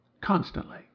Constantly